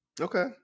Okay